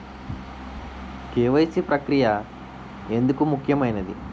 KYC ప్రక్రియ ఎందుకు ముఖ్యమైనది?